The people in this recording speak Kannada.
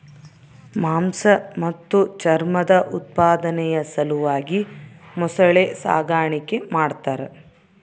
ಮಾಂಸ ಮತ್ತು ಚರ್ಮದ ಉತ್ಪಾದನೆಯ ಸಲುವಾಗಿ ಮೊಸಳೆ ಸಾಗಾಣಿಕೆ ಮಾಡ್ತಾರ